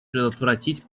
предотвратить